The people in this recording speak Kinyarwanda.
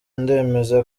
ndemeza